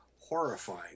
horrifying